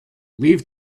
leave